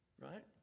right